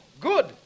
good